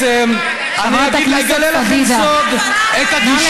חברת הכנסת פדידה, נא להירגע, בבקשה ממך.